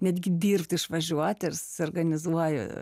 netgi dirbti išvažiuoti ir suorganizuoju